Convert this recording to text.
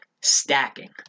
stacking